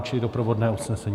Čili doprovodné usnesení.